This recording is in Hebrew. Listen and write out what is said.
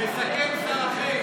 מסכם שר אחר.